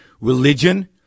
religion